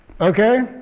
Okay